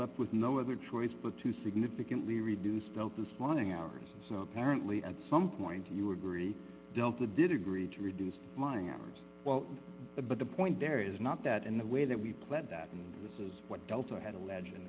left with no other choice but to significantly reduce the this morning hours so apparently at some point you agree delta did agree to reduce my hours well but the point there is not that in the way that we planned that and this is what delta had alleg